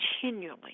continually